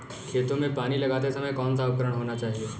खेतों में पानी लगाते समय कौन सा उपकरण होना चाहिए?